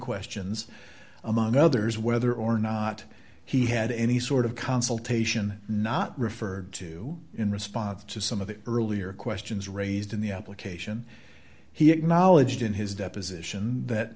questions among others whether or not he had any sort of consultation not referred to in response to some of the earlier questions raised in the application he acknowledged in his deposition that